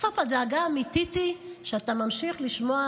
בסוף הדאגה האמיתית היא שאתה ממשיך לשמוע